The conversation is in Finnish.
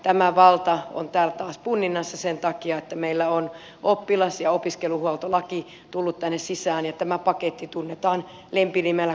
tämä valta on täällä taas punninnassa sen takia että meillä on oppilas ja opiskelijahuoltolaki tullut tänne sisään ja tämä paketti tunnetaan lempinimellä koulurauhapaketti